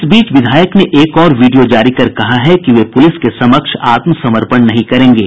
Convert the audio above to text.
इस बीच विधायक ने एक और वीडियो जारी कर कहा है कि वे पुलिस के समक्ष आत्मसमर्पण नहीं करेंगे